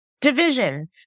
division